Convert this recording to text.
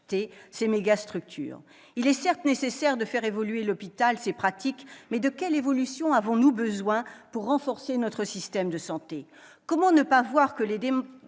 territoires, ou GHT. Il est certes nécessaire de faire évoluer l'hôpital et ses pratiques. Mais de quelles évolutions avons-nous besoin pour renforcer notre système de santé ? Comment ne pas voir que les demandes